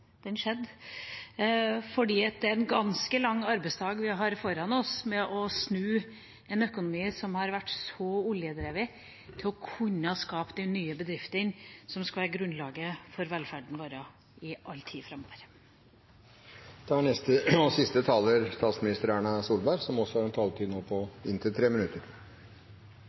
det er en ganske lang arbeidsdag vi har foran oss med å snu en økonomi som har vært så oljedrevet, til å kunne skape de nye bedriftene som skal være grunnlaget for velferden vår i all tid framover. Også jeg har lyst til å takke for en interessant debatt. Det har vært mange gode eksempler på